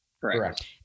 Correct